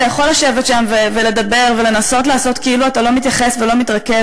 אתה יכול לשבת שם ולדבר ולנסות לעשות כאילו אתה לא מתייחס ולא מתרכז.